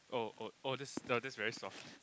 oh oh oh this that's very soft